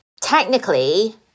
technically